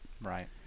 right